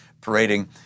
parading